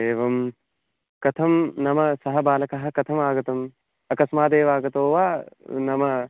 एवं कथं नाम सः बालकः कथम् आगतः अकस्मादेव आगतो वा नाम